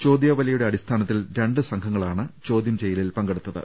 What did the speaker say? ചോദ്യാവലിയുടെ അടി സ്ഥാനത്തിൽ രണ്ട് സംഘങ്ങളാണ് ചോദ്യം ചെയ്യലിൽ പങ്കെടുത്തത്